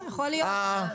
יכול להיות.